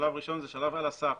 השלב הראשון הוא שלב על הסף.